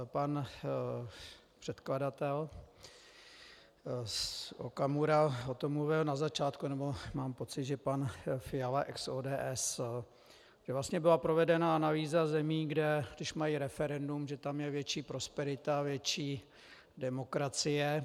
Pan předkladatel Okamura o tom mluvil na začátku, nebo mám pocit, že pan Fiala z ODS, že vlastně byla provedena analýza zemí, kde už mají referendum, že tam je větší prosperita, větší demokracie.